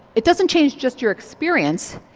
it doesn't change just your experience,